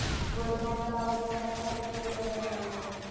Gold bond ल आवेदन करे खातीर की योग्यता चाहियो हो?